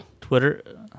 Twitter